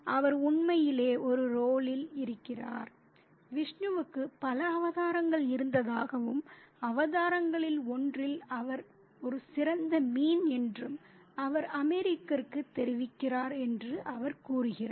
அவர் உண்மையிலேயே ஒரு ரோலில் இருக்கிறார் விஷ்ணுவுக்கு பல அவதாரங்கள் இருந்ததாகவும் அவதாரங்களில் ஒன்றில் அவர் ஒரு சிறந்த மீன் என்றும் அவர் அமெரிக்கருக்குத் தெரிவிக்கிறார் என்று அவர் கூறுகிறார்